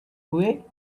away